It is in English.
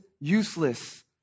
useless